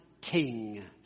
king